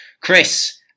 Chris